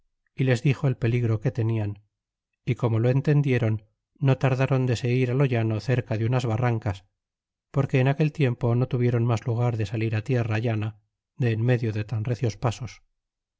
y les dixo el peligro que tenian y como lo entendieron no tardron de se ir lo llano cerca de unas barrancas porque en aquel tiempo no tuvieron mas lugar de salir tierra llana de enmedio de tan recios pasos